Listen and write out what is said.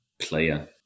player